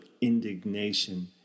indignation